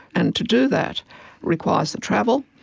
and to do that requires the travel,